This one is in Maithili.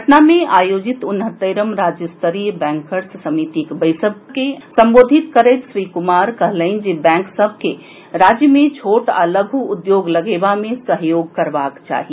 पटना मे आयोजित उन्हत्तरिम राज्य स्तरीय बैंकर्स समितिक बैसक के संबोधित करैत श्री कुमार कहलनि जे बैंक सभ के राज्य मे छोट आ लघु उद्योग लगेबा मे सहयोग करबाक चाही